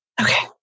Okay